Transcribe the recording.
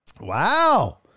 Wow